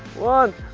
one.